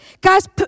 Guys